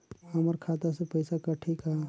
हमर खाता से पइसा कठी का?